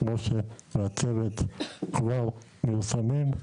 משה והצוות כבר מיושמים,